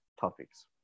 topics